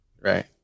Right